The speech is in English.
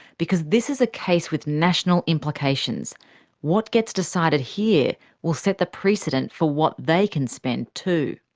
because this is a case with national implications what gets decided here will set the precedent for what they can spend too.